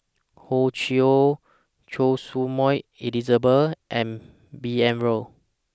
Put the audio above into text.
Hor Chim Or Choy Su Moi Elizabeth and B N Rao